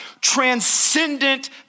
transcendent